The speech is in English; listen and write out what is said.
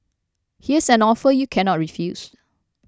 here's an offer you cannot refuse